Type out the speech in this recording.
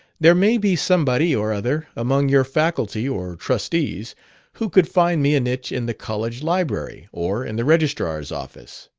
there may be somebody or other among your faculty or trustees who could find me a niche in the college library or in the registrar's office.